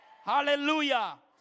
Hallelujah